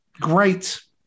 Great